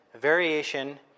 variation